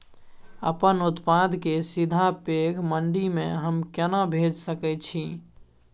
अपन उत्पाद के सीधा पैघ मंडी में हम केना भेज सकै छी?